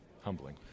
humbling